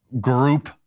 group